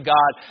God